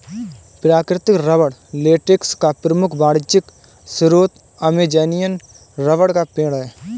प्राकृतिक rubber latex का प्रमुख वाणिज्यिक स्रोत अमेज़ॅनियन रबर का पेड़ है